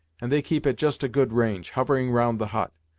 and they keep at just a good range, hovering round the hut.